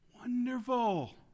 Wonderful